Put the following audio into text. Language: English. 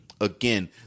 again